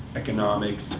economics,